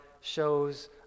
shows